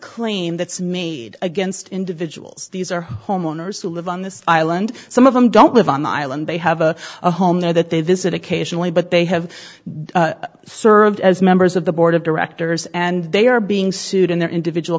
claim that's made against individuals these are homeowners who live on this island some of them don't live on the island they have a home there that they visit occasionally but they have served as members of the board of directors and they are being sued in their individual